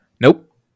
Nope